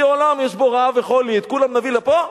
חצי עולם יש בו רעב וחולי, את כולם נביא לפה?